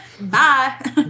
Bye